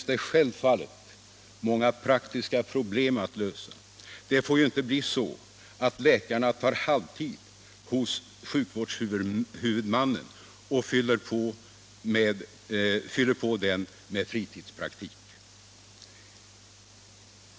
Det får ju inte bli så, att läkarna tar halvtid hos sjukvårdshuvudmannen och fyller på den tjänsten med fritidspraktik.